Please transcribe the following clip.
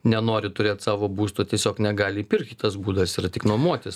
nenori turėt savo būsto tiesiog negali įpirktkitas būdas yra tik nuomotis